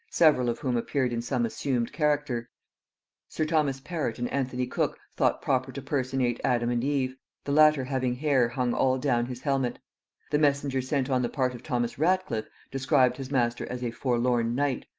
several of whom appeared in some assumed character sir thomas perrot and anthony cook thought proper to personate adam and eve the latter having hair hung all down his helmet the messenger sent on the part of thomas ratcliff described his master as a forlorn knight,